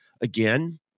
again